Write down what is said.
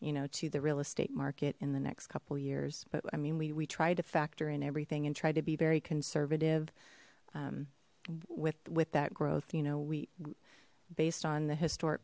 you know to the real estate market in the next couple years but i mean we try to factor in everything and try to be very conservative with with that growth you know we based on the historic